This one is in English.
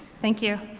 thank you.